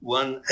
one